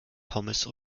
pommes